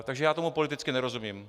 Takže já tomu politicky nerozumím.